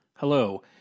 Hello